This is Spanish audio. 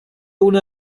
uno